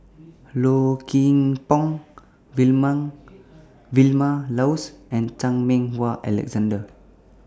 Low Kim Pong Vilma Laus and Chan Meng Wah Alexander